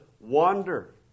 wander